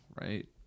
right